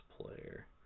player